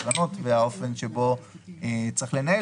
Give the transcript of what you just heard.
שם,